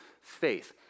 faith